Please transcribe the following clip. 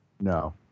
No